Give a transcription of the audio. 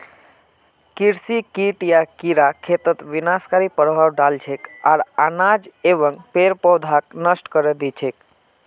कृषि कीट या कीड़ा खेतत विनाशकारी प्रभाव डाल छेक आर अनाज एवं पेड़ पौधाक नष्ट करे दी छेक